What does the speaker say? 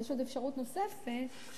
יש אפשרות נוספת,